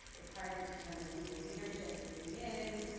it's hard to determine who the leadership really is.